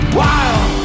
wild